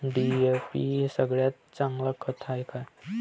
DAP सगळ्यात चांगलं खत हाये का?